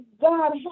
God